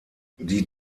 die